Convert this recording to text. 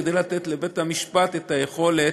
כדי לתת לבית-המשפט את היכולת,